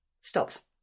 stops